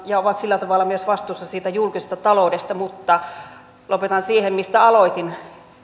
ja ne ovat sillä tavalla vastuussa myös siitä julkisesta taloudesta mutta lopetan siihen mistä aloitin